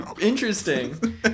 interesting